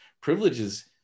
privileges